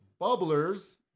bubblers